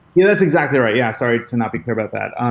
yeah, that's exactly right. yeah, sorry to not be clear about that. um